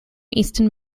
easton